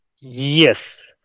Yes